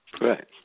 right